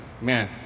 Man